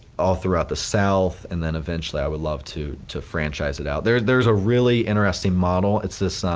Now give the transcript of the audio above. all throughout the south and then eventually i would love to to franchise it out. there there is a really interesting model, it says,